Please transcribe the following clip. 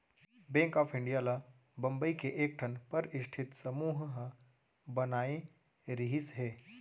bank of India ल बंबई के एकठन परस्ठित समूह ह बनाए रिहिस हे